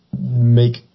make